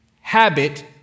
habit